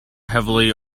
heavily